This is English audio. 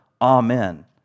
Amen